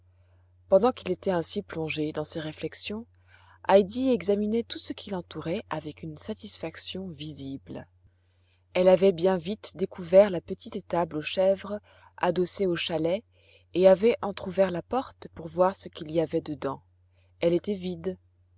pendant qu'il était ainsi plongé dans ses réflexions heidi examinait tout ce qui l'entourait avec une satisfaction visible elle avait bien vite découvert la petite étable aux chèvres adossée au chalet et avait entr'ouvert la porte pour voir ce qu'il y avait dedans elle était vide